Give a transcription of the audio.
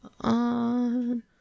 on